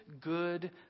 good